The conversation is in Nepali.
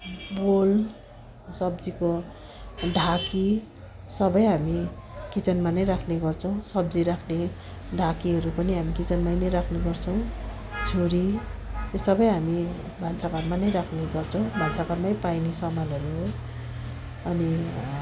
बोउल सब्जीको ढाकी सबै हामी किचनमा नै राख्ने गर्छौँ सब्जी राख्ने ढाकीहरू पनि हामी किचनमा नै राख्ने गर्छौँ छुरी यो सबै हामी भान्साघरमा नै राख्ने गर्छौँ भान्साघरमै पाइने सामानहरू हो अनि